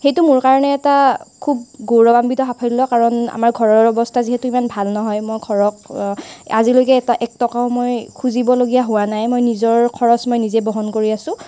সেইটো মোৰ কাৰণে এটা খুব গৌৰৱান্বিত সাফল্য কাৰণ আমাৰ ঘৰৰ অৱস্থা যিহেতু ইমান ভাল নহয় মই ঘৰক আজিলৈকে এটা এক টকাও মই খুজিবলগীয়া হোৱা নাই মই নিজৰ খৰচ মই নিজে বহন কৰি আছোঁ